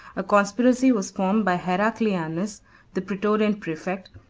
a conspiracy was formed by heraclianus the praetorian praefect,